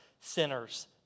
sinners